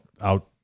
out